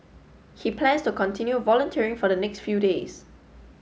he plans to continue volunteering for the next few days